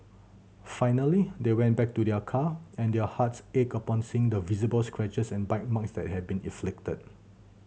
finally they went back to their car and their hearts ached upon seeing the visible scratches and bite marks that had been inflicted